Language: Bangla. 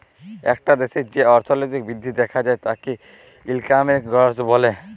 একটা দ্যাশের যে অর্থলৈতিক বৃদ্ধি দ্যাখা যায় তাকে ইকলমিক গ্রথ ব্যলে